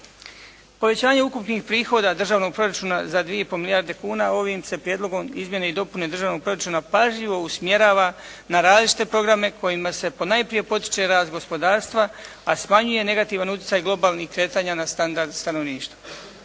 Povećanje ukupnih prihoda državnog proračuna za 2,5 milijarde kuna ovim se prijedlogom Izmjene i dopune Državnog proračuna pažljivo usmjerava na različite programe kojima se ponajprije potiče rast gospodarstva, a smanjuje negativan utjecaj globalnih kretanja na standard stanovništva.